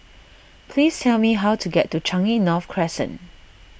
please tell me how to get to Changi North Crescent